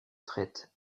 traite